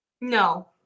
No